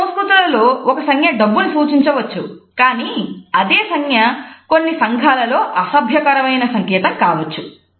కొన్ని సంస్కృతులలో ఒక సంజ్ఞ డబ్బును సూచించవచ్చు కానీ అదే సంజ్ఞ కొన్ని సంఘాలలో అసభ్యకరమైన సంకేతం కావచ్చు